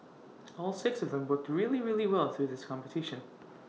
all six of them worked really really well through this competition